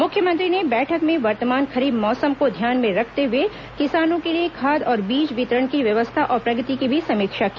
मुख्यमंत्री ने बैठक में वर्तमान खरीफ मौसम को ध्यान में रखते हुए किसानों के लिए खाद और बीज वितरण की व्यवस्था और प्रगति की भी समीक्षा की